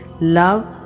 love